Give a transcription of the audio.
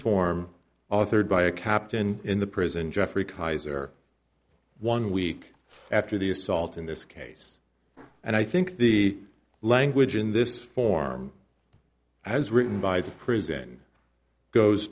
form authored by a captain in the prison geoffrey kaiser one week after the assault in this case and i think the language in this form as written by the prison goes